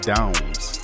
Downs